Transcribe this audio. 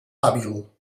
hàbil